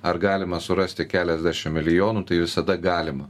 ar galima surasti keliasdešim milijonų tai visada galima